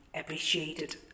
appreciated